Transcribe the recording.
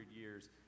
years